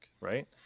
right